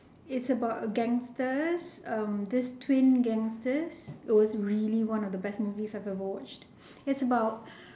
its about a gangsters um this twin gangsters it was really one of the best movies I have ever watched it's about